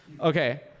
Okay